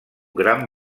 gran